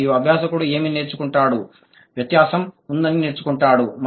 మరియు అభ్యాసకుడు ఏమి నేర్చుకుంటాడు వ్యత్యాసం ఉందని నేర్చుకుంటాడు